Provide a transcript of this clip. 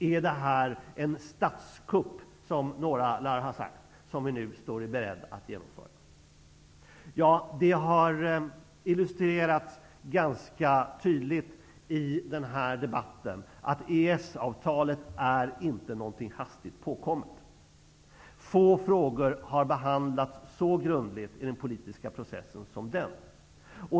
Är detta en statskupp -- som några lär ha sagt -- som vi nu står i begrepp att genomföra? Det har framkommit ganska tydligt i debatten att EES-avtalet inte är något hastigt påkommet. Få frågor i den politiska processen har behandlats så grundligt som denna.